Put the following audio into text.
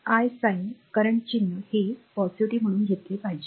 तर I sign current चिन्ह ते म्हणून घेतले पाहिजे